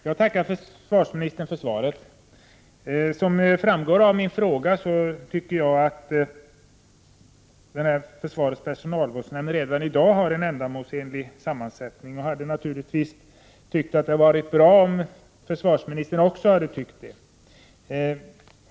Fru talman! Jag tackar försvarsministern för svaret. Som framgår av min fråga tycker jag att försvarets personalvårdsnämnd redan i dag har en ändamålsenlig sammansättning. Jag hade naturligtvis tyckt att det varit bra om försvarsministern också tyckt så.